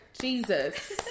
Jesus